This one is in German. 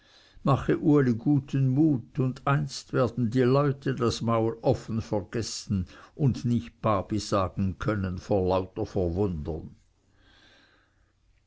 mache uli guten mut und einst werden die leute das maul offen vergessen und nicht babi sagen können vor lauter verwundern